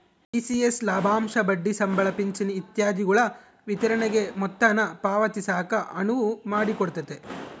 ECS ಲಾಭಾಂಶ ಬಡ್ಡಿ ಸಂಬಳ ಪಿಂಚಣಿ ಇತ್ಯಾದಿಗುಳ ವಿತರಣೆಗೆ ಮೊತ್ತಾನ ಪಾವತಿಸಾಕ ಅನುವು ಮಾಡಿಕೊಡ್ತತೆ